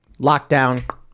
lockdown